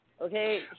Okay